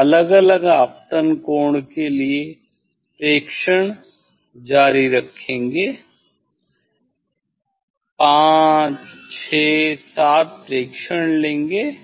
अलग अलग आपतन कोण के लिए प्रेक्षण को जारी रखेंगे 5 6 7 प्रेक्षण लेंगे